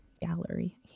gallery